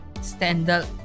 standard